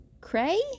Cray